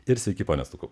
ir sveiki pone stukau